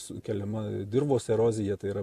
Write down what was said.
sukeliama dirvos erozija tai yra